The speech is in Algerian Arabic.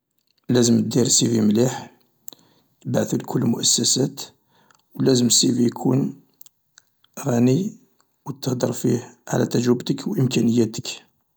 لازم تدير CV مليح تبعثو لكل المؤسسات و لازم ال CV يكون غني و تهدر فيه على تجربتك و امكانياتك.